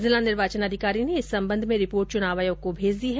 जिला निर्वाचन अधिकारी ने इस संबंध में रिपोर्ट चुनाव आयोग को भेज दी है